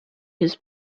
his